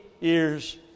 years